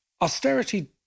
Austerity